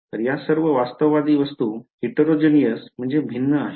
तर या सर्व वास्तववादी वस्तू भिन्न आहेत